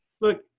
look